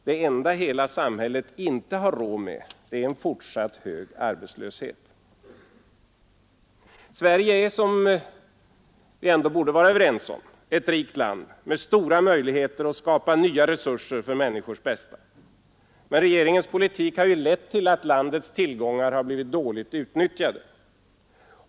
Det enda hela samhället inte har råd med, det är en fortsatt hög arbetslöshet. Sverige är, som vi ändå borde vara överens om, ett rikt land med stora möjligheter att skapa nya resurser för människors bästa. Men regeringens politik har lett till att landets tillgångar har blivit dåligt utnyttjade.